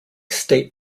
state